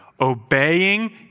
obeying